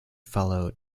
fellow